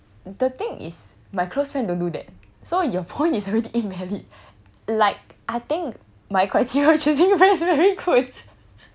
the thing is my close friend don't do that so your point is already invalid like I think my criteria chasing you very very quick